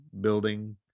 building